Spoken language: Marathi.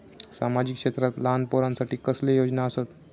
सामाजिक क्षेत्रांत लहान पोरानसाठी कसले योजना आसत?